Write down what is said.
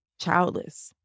childless